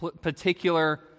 particular